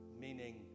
meaning